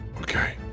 Okay